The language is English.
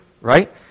right